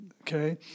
okay